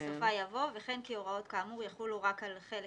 בסופה יבוא "וכן כהוראות כאמור יחולו רק על חלק